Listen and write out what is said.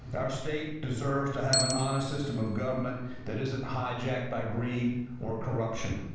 our state deserves to have an honor system of government that isn't hijacked by greed or corruption.